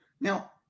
Now